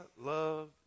love